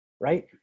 right